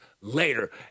later